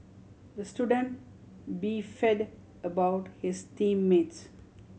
the student beefed about his team mates